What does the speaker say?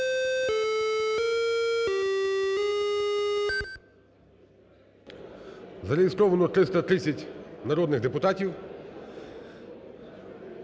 Зареєстровано 330 народних депутатів.